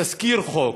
תזכיר חוק,